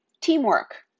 Teamwork